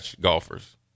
golfers